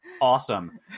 awesome